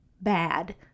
bad